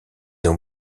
ont